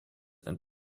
and